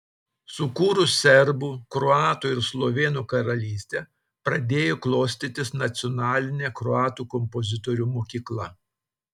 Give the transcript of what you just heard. sukūrus serbų kroatų ir slovėnų karalystę pradėjo klostytis nacionalinė kroatų kompozitorių mokykla